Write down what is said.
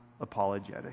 apologetic